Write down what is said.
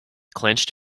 clenched